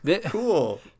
Cool